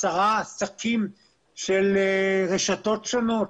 10 שקים של רשתות שונות,